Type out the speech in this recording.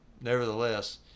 nevertheless